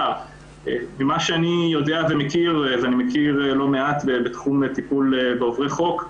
ממה שאני יודע ומכיר ואני מכיר לא מעט בתחום הטיפול בעוברי חוק,